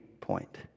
point